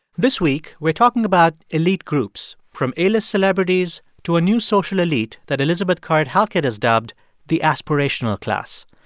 this week, we're talking about elite groups, from a-list celebrities to a new social elite that elizabeth currid-halkett has dubbed the aspirational class.